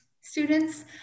students